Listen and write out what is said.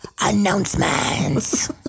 Announcements